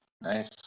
Nice